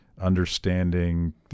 understanding